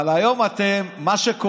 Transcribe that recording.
אבל היום מה שקורה,